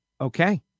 Okay